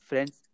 Friends